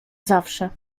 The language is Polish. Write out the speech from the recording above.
zawsze